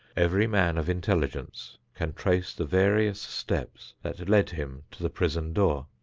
every man of intelligence can trace the various steps that led him to the prison door,